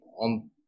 on